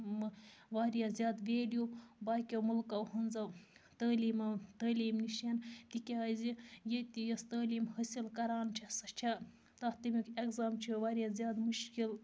واریاہ زیادٕ ویلیوٗ باقِیو مُلکَو ہٕنٛزَو تعلیمَو تعلیٖم نِشَن تِکیٛازِ ییٚتہِ یۄس تعلیٖم حٲصِل کران چھےٚ سۄ چھےٚ تَتھ تٔمیُکۍ ایٚگزام چھِ واریاہ زیادٕ مُشکِل